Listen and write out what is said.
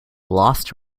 lost